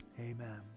Amen